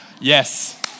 Yes